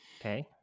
okay